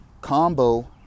combo